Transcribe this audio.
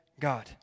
God